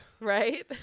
Right